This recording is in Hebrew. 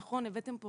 נכון, הבאתם פה